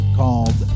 called